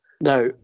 Now